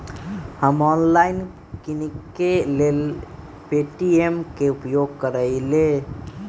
हम ऑनलाइन किनेकेँ लेल पे.टी.एम के उपयोग करइले